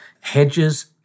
hedges